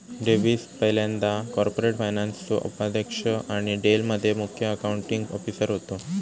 Davis पयल्यांदा corporate फायनान्सचो उपाध्यक्ष आणि डेल मध्ये मुख्य अकाउंटींग ऑफिसर होते